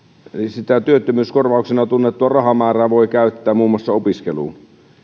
sitä työttömyyskorvauksena tunnettua rahamäärää voi käyttää muun muassa opiskeluun